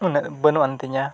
ᱩᱱᱟᱹᱜ ᱵᱟᱹᱱᱩᱜ ᱟᱱ ᱛᱤᱧᱟᱹ